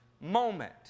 moment